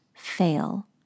Fail